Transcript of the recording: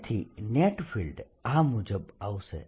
તેથી net field આ મુજબ આવશે